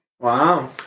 Wow